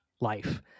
life